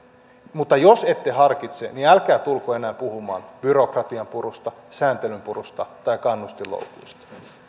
mutta jos ette harkitse niin älkää tulko enää puhumaan byrokratian purusta sääntelyn purusta tai kannustinloukuista